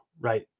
right